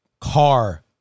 Car